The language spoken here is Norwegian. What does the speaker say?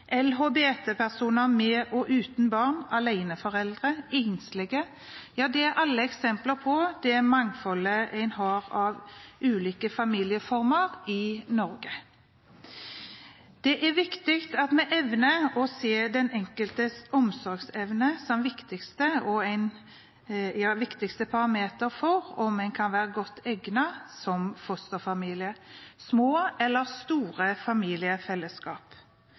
LHBT-personer med og uten barn, aleneforeldre, enslige – ja de er alle eksempler på det mangfoldet en har av ulike familieformer i Norge. Det er viktig at vi evner å se den enkeltes omsorgsevne som viktigste parameter for om en kan være godt egnet som fosterfamilie, små eller store familiefellesskap.